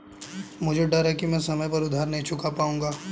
मुझे डर है कि मैं समय पर उधार नहीं चुका पाऊंगा